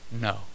No